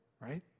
right